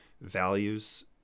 values